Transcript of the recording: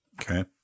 Okay